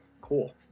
Cool